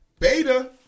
Beta